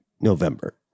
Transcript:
November